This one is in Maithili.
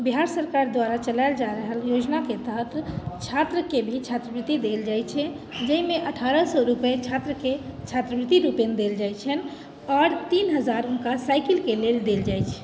बिहार सरकार द्वारा चलायल जा रहल योजनाके तहत छात्रके भी छात्रवृति देल जाइ छै जाहिमे अठारह सए रूपैआ छात्रके छात्रवृति रूपेण देल जाइ छनि आओर तीन हजार हुनका साइकलके लेल देल जाइ छनि